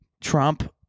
Trump